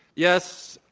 yes,